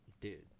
dude